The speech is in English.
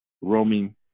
roaming